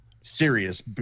serious